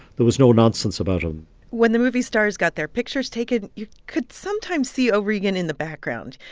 there was no nonsense about him when the movie stars got their pictures taken, you could sometimes see o'regan in the background.